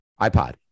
iPod